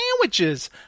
sandwiches